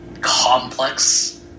complex